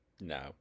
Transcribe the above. No